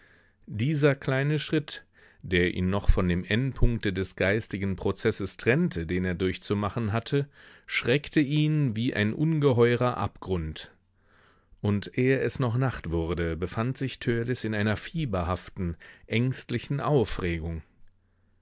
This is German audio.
dieser kleine schritt der ihn noch von dem endpunkte des geistigen prozesses trennte den er durchzumachen hatte schreckte ihn wie ein ungeheurer abgrund und ehe es noch nacht wurde befand sich törleß in einer fieberhaften ängstlichen aufregung